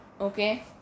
okay